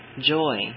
joy